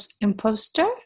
imposter